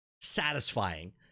satisfying